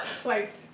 swiped